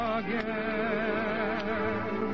again